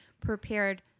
prepared